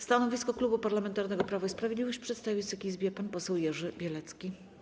Stanowisko Klubu Parlamentarnego Prawo i Sprawiedliwość przedstawi Wysokiej Izbie pan poseł Jerzy Bielecki.